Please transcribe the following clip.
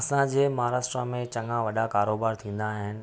असां जे महाराष्ट्र में चंङा वॾा कारोबार थींदा आहिनि